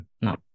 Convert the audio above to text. no